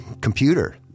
computer